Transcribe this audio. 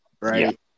right